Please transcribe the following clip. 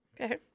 okay